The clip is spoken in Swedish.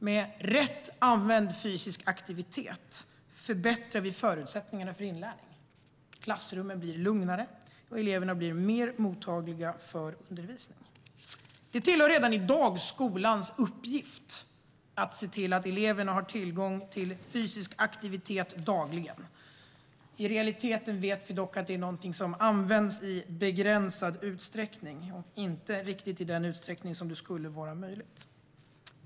Med rätt använd fysisk aktivitet förbättrar vi förutsättningarna för inlärning. Klassrummen blir lugnare, och eleverna blir mer mottagliga för undervisning. Det tillhör redan i dag skolans uppgift att se till att eleverna har tillgång till fysisk aktivitet dagligen. I realiteten vet vi dock att det är någonting som används i begränsad utsträckning och inte riktigt i den utsträckning som skulle vara möjlig.